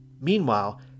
Meanwhile